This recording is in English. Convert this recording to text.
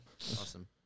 Awesome